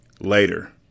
Later